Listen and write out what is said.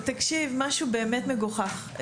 תקשיב, משהו באמת מגוחך.